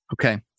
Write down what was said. okay